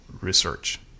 research